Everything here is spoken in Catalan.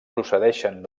procedeixen